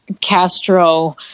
Castro